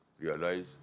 realize